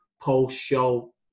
post-show